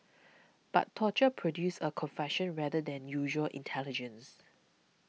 but torture produces a confession rather than usual intelligence